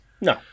No